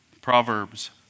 Proverbs